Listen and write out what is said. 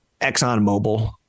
ExxonMobil